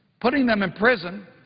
putting them in prison,